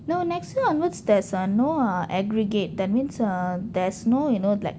no next year onwards there's ah no ah aggregate that means err there's no you know like